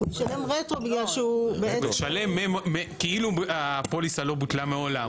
הוא משלם כאילו הפוליסה לא בוטלה מעולם,